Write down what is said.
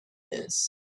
this